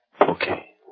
Okay